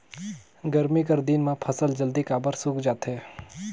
गरमी कर दिन म फसल जल्दी काबर सूख जाथे?